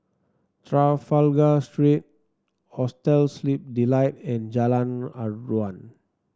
Trafalgar Street Hostel Sleep Delight and Jalan Aruan